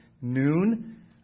noon